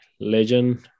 legend